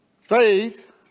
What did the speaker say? Faith